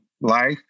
life